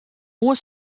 oar